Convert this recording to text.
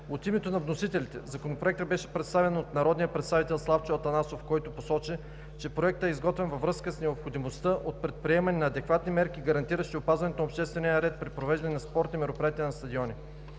От името на вносителите Законопроектът беше представен от народния представител Славчо Атанасов, който посочи, че проектът е изготвен във връзка с необходимостта от предприемане на адекватни мерки, гарантиращи опазването на обществения ред при провеждане на спортни мероприятия на стадиони.